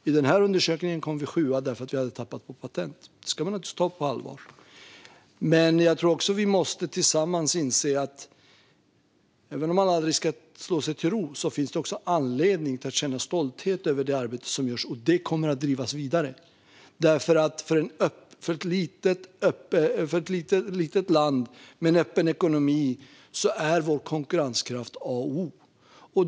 I denna undersökning kom vi sjua därför att vi hade tappat när det gällde patent. Det ska man naturligtvis ta på allvar. Även om man aldrig ska slå sig till ro tror jag att vi tillsammans måste inse att det finns anledning att känna stolthet över det arbete som görs och som också kommer att drivas vidare. För ett litet land med en öppen ekonomi är konkurrenskraften A och O.